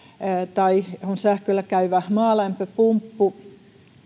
tai joissa on sähköllä käyvä maalämpöpumppu